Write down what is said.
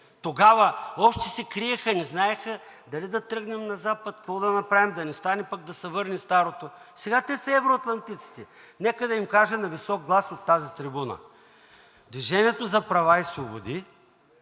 тогава още се криеха, не знаеха дали да тръгнем на Запад, какво да направим, да не стане пък да се върне старото. Сега те са евроатлантиците. Нека да им кажа на висок глас от тази трибуна: „Движение за права и свободи“